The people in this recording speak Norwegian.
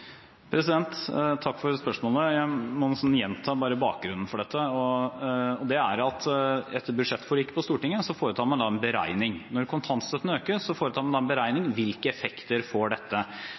Takk for spørsmålet. Jeg må nesten gjenta bakgrunnen for dette. Etter budsjettforliket på Stortinget foretar man en beregning. Når kontantstøtten øker, foretar man en beregning av hvilke effekter dette får.